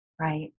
right